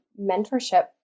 mentorship